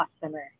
customer